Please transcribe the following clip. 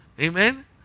Amen